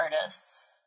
artists